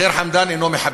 ח'יר חמדאן אינו מחבל.